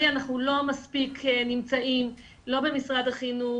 אנחנו לא מספיק נמצאים לא במשרד החינוך,